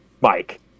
Mike